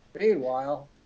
Meanwhile